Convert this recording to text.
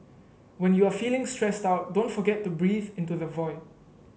when you are feeling stressed out don't forget to breathe into the void